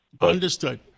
Understood